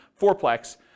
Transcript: fourplex